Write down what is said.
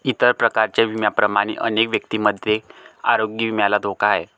इतर प्रकारच्या विम्यांप्रमाणेच अनेक व्यक्तींमध्ये आरोग्य विम्याला धोका आहे